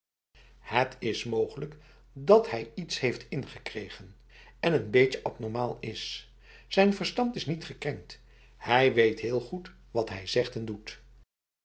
het is mogelijk dat hij iets heeft ingekregen en n beetje abnormaal is zijn verstand is niet gekrenkt hij weet heel goed wat hij zegt en doetf